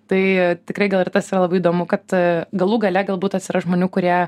tai tikrai gal ir tas yra labai įdomu kad galų gale galbūt atsiras žmonių kurie